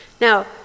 Now